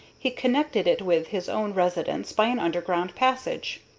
he connected it with his own residence by an underground passage.